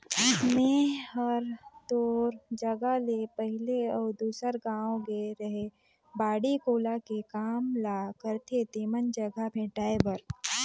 मेंए हर तोर जगह ले पहले अउ दूसर गाँव गेए रेहैं बाड़ी कोला के काम ल करथे तेमन जघा भेंटाय बर